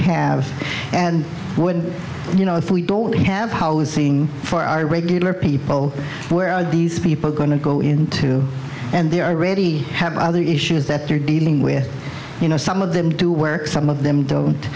wouldn't you know if we don't have housing for our regular people where are these people going to go into and they already have other issues that they're dealing with you know some of them do work some of them don't